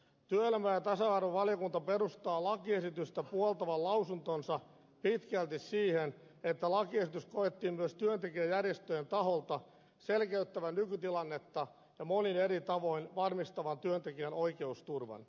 työelämä ja tasa arvovaliokunta perustaa lakiesitystä puoltavan lausuntonsa pitkälti siihen että lakiesityksen koettiin myös työntekijäjärjestöjen taholta selkeyttävän nykytilannetta ja monin eri tavoin varmistavan työntekijän oikeusturvan